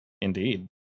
Indeed